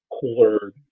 cooler